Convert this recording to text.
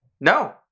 No